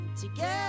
Together